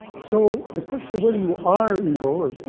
so the question of whether you are evil